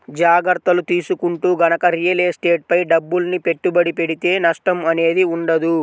జాగర్తలు తీసుకుంటూ గనక రియల్ ఎస్టేట్ పై డబ్బుల్ని పెట్టుబడి పెడితే నష్టం అనేది ఉండదు